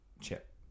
Chip